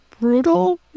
brutal